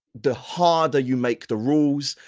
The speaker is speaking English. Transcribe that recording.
the harder you make the rules,